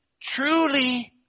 truly